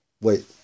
Wait